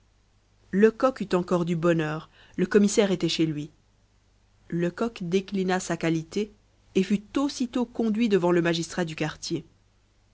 lecoq eut encore du bonheur le commissaire était chez lui lecoq déclina sa qualité et fut aussitôt conduit devant le magistrat du quartier